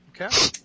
Okay